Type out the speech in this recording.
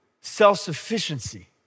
self-sufficiency